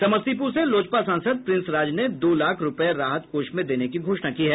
समस्तीपुर से लोजपा सांसद प्रिंस राज ने दो लाख रूपये राहत कोष में देने की घोषणा की है